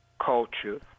culture